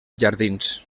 jardins